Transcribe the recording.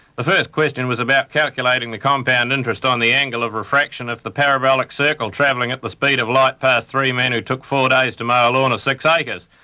the first question was about calculating the compound interest on the angle of refraction of the parabolic circle travelling at the speed of light past three men who took four days to mow a lawn of six acres.